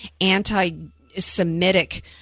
anti-Semitic